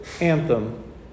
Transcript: anthem